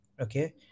okay